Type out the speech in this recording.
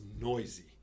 noisy